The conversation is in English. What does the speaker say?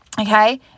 okay